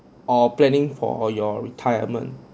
or planning for your retirement